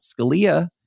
Scalia